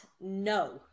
No